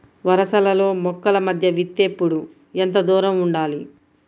వరసలలో మొక్కల మధ్య విత్తేప్పుడు ఎంతదూరం ఉండాలి?